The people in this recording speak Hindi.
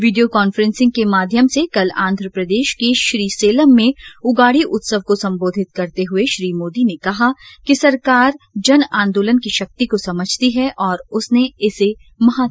वीडियो काफ्रेंसिंग के माध्यम से कल आंधप्रदेश के श्रीसेलम में उगाडी उत्सव को सम्बोधित करते हुए श्री मोदी ने कहा कि सरकार जन आंदोलन की शक्ति को समझती है और उसने इसे महत्वपूर्ण माना है